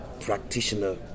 practitioner